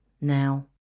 Now